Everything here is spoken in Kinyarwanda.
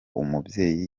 umubyeyi